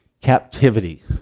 captivity